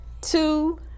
Two